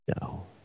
No